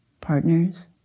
Partners